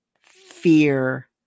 fear